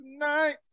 tonight